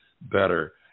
better